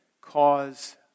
cause